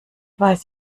weiß